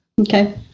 Okay